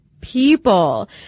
people